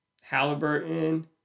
Halliburton